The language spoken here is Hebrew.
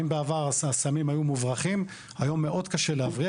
אם בעבר הסמים היו מוברחים, היום מאוד קשה להבריח.